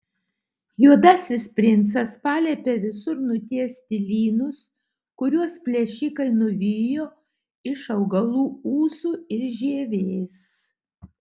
juodasis princas paliepė visur nutiesti lynus kuriuos plėšikai nuvijo iš augalų ūsų ir žievės